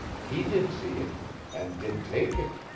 he did see it and did take it.